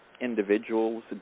individuals